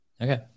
Okay